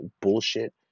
bullshit